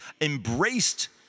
embraced